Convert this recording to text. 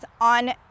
on